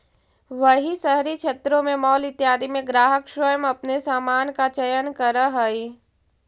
वहीं शहरी क्षेत्रों में मॉल इत्यादि में ग्राहक स्वयं अपने सामान का चयन करअ हई